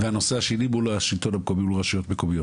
והנושא השני מול השלטון המקומי ורשויות מקומיות.